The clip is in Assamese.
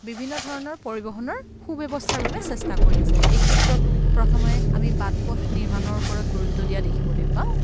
বিভিন্ন ধৰণৰ পৰিবহনৰ সু ব্যৱস্থাৰ বাবে চেষ্টা কৰি আছে এই ক্ষেত্ৰত প্ৰথমে আমি বাট পথ নিৰ্মাণৰ ওপৰত গুৰুত্ব দিয়া দেখিবলৈ পাওঁ